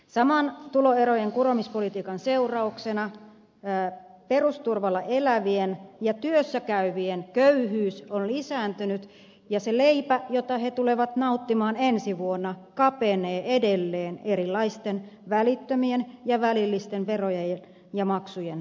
saman tuloerojen kuromispolitiikan seurauksena perusturvalla elävien ja työssä käyvien köyhyys on lisääntynyt ja se leipä jota he tulevat nauttimaan ensi vuonna kapenee edelleen erilaisten välittömien ja välillisten verojen ja maksujen muodossa